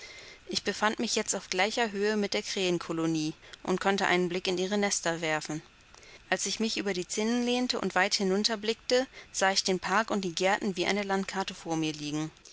ich befand mich jetzt auf gleicher höhe mit der krähenkolonie und konnte einen blick in ihre nester werfen als ich mich über die zinnen lehnte und weit hinunter blickte sah ich den park und die gärten wie eine landkarte vor mir liegen